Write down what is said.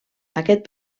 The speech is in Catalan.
aquest